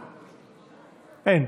אין.